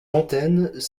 antennes